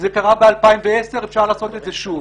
זה קרה ב-2010 ואפשר לעשות את זה שוב.